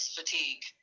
fatigue